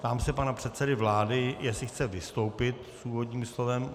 Ptám se pana předsedy vlády, jestli chce vystoupit s úvodním slovem.